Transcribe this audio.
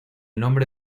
nombre